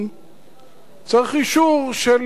צריך אישור של לשכת ראש הממשלה.